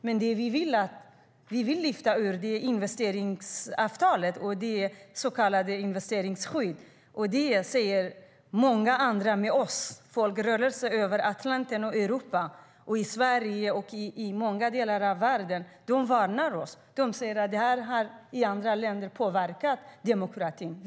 Men det vi vill lyfta ut ur investeringsavtalet är det så kallade investeringsskyddet. Många folkrörelser på andra sidan Atlanten, i Europa, i Sverige och i många andra delar av världen varnar oss. De säger att det här har påverkat demokratin i andra länder.